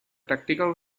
tactical